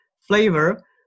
flavor